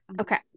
okay